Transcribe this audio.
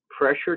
pressure